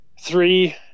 three